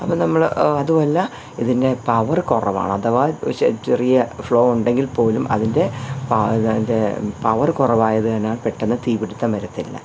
അപ്പോൾ നമ്മൾ അതും അല്ല ഇതിന് പവർ കുറവാണ് അഥവാ ചെറിയ ഫ്ലോ ഉണ്ടെങ്കിൽ പോലും അതിൻ്റെ അതിൻ്റെ പവർ കുറവായതിനാൽ പെട്ടെന്ന് തീപിടുത്തം വരില്ല